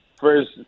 first